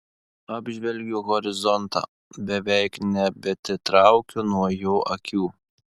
apžvelgiu horizontą beveik nebeatitraukiu nuo jo akių